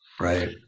Right